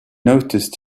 noticed